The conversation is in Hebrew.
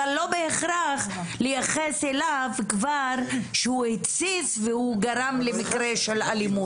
אבל לא בהכרח לייחס אליו כבר שהוא התסיס וגרם למקרה אלימות.